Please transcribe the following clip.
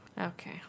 Okay